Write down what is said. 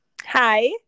Hi